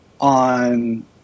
on